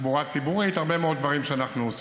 ותחבורה ציבורית, הרבה מאוד דברים אנחנו עושים.